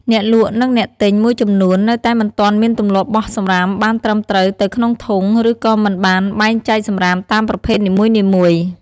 អ្នកលក់ និងអ្នកទិញមួយចំនួននៅតែមិនទាន់មានទម្លាប់បោះសំរាមបានត្រឹមត្រូវទៅក្នុងធុង ឬក៏មិនបានបែងចែកសំរាមតាមប្រភេទនីមួយៗ។